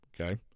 Okay